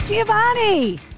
Giovanni